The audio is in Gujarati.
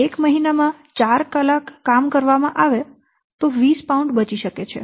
એક મહિના માં 4 કલાક કામ કરવામાં આવે તો 20 પાઉન્ડ બચી શકે છે